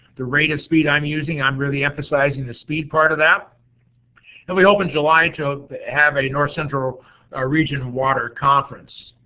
the rate of speed i'm using, i'm really emphasizing the speed part of that. and we hope in july to have a north central ah region water conference.